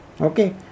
okay